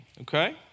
okay